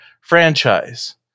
franchise